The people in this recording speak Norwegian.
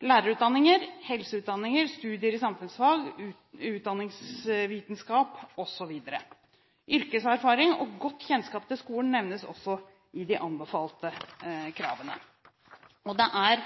lærerutdanninger, helseutdanninger, studier i samfunnsfag og utdanningsvitenskap osv. Yrkeserfaring og godt kjennskap til skolen nevnes også i de anbefalte kravene. Det er